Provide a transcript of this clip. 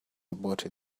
aborted